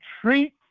treat